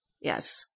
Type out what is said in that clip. Yes